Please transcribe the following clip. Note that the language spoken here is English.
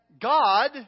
God